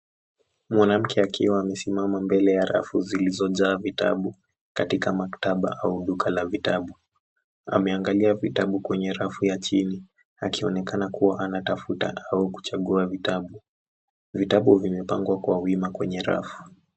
Mwanamke akiwa amesimama mbele ya rafu zilizojaa vitabu katika maktaba au duka la vitabu. Ameangalia vitabu kwenye rafu ya chini. Akionekana kuwa anatafuta au kuchagua vitabu. Vitabu vimepangwa kwa wima kwenye rafu.